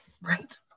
Right